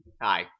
Hi